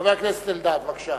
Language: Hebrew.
חבר הכנסת אלדד, בבקשה.